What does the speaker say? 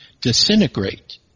disintegrate